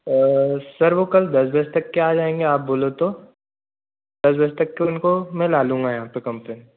और सर वह कल दस बजे तक के आ जाएँगे आप बोलो तो दस बजे तक तो उनको मैं ला लूँगा यहाँ पर काम पर